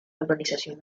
organización